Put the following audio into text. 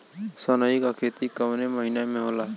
सनई का खेती कवने महीना में होला?